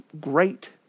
great